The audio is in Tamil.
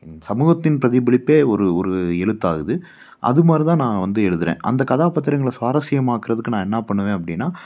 சமூகத்தின் பிரதிபலிப்பே ஒரு ஒரு எழுத்தாகுது அது மாதிரி தான் நான் வந்து எழுதுகிறேன் அந்த கதாபாத்திரங்களை சுவாரசியமாக்குறதுக்கு நான் என்ன பண்ணுவேன் அப்படின்னா